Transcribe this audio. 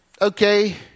okay